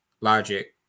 logic